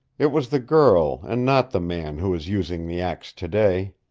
it was the girl, and not the man who was using the axe today.